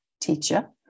teacher